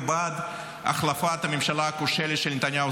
ובעד החלפת הממשלה הכושלת של נתניהו,